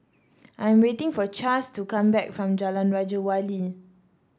I'm waiting for Chace to come back from Jalan Raja Wali